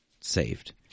saved